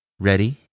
Ready